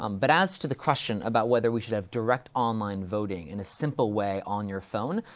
um but as to the question about whether we should have direct online voting, in a simple way, on your phone,